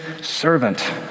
servant